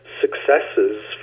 successes